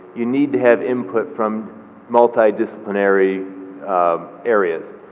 you need to have input from multi-disciplinary areas.